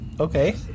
Okay